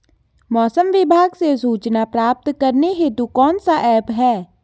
मौसम विभाग से सूचना प्राप्त करने हेतु कौन सा ऐप है?